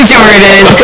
Jordan